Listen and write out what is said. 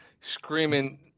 screaming